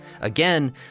Again